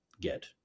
get